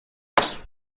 نیست